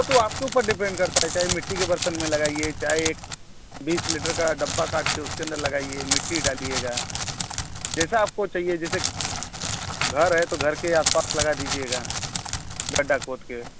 वह तो आपके ऊपर डिपेंड करता है चाहे मिट्टी के बर्तन में लगाइए चाहे बीस लीटर का डब्बा काट कर उसके अंदर लगाइए मिट्टी डलिएगा जैसा आपको चाहिए जैसे घर है तो घर के आस पास लगा दीजिएगा गड्ढा खोद कर